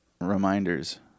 reminders